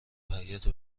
حیاط